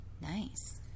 Nice